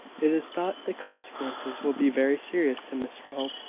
it is thought the consequences will be very serious to mr hope.